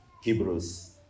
Hebrews